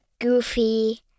goofy